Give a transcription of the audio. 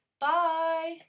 Bye